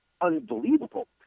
unbelievable